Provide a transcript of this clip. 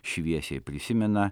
šviesiai prisimena